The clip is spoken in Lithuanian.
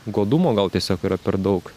godumo gal tiesiog yra per daug